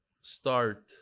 start